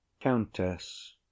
Countess